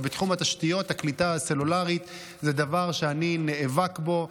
אבל בתחום התשתיות הקליטה הסלולרית זה דבר שאני נאבק בו.